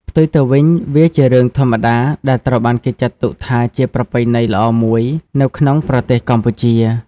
ផ្ទុយទៅវិញ វាជារឿងធម្មតាដែលត្រូវបានគេចាត់ទុកថាជាប្រពៃណីល្អមួយនៅក្នុងប្រទេសកម្ពុជា។